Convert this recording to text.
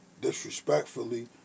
Disrespectfully